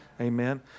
Amen